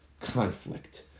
conflict